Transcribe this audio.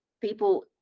people